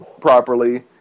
properly